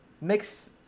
Mix